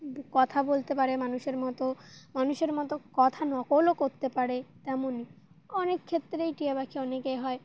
কথা বলতে পারে মানুষের মতো মানুষের মতো কথা নকলও করতে পারে তেমনই অনেক ক্ষেত্রেই টিয় পাখি অনেকেই হয়